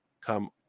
come